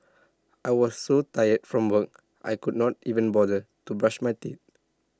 I was so tired from work I could not even bother to brush my teeth